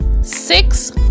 six